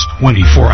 24